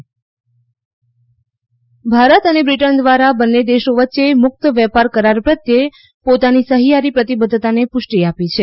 Bharat Britain વ્યાપાર ભારત અને Britain દ્વારા બંન્ને દેશો વચ્ચે મુક્ત વેપાર કરાર પ્રત્યે પોતાની સહિયારી પ્રતિબધ્ધતાને પુષ્ટિ આપી છે